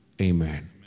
Amen